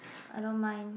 I don't mind